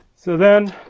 so then,